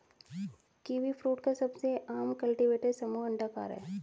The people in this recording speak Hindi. कीवीफ्रूट का सबसे आम कल्टीवेटर समूह अंडाकार है